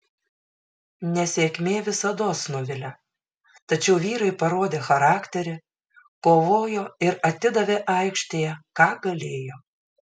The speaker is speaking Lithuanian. nesėkmė visados nuvilia tačiau vyrai parodė charakterį kovojo ir atidavė aikštėje ką galėjo